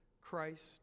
Christ